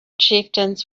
chieftains